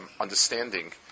understanding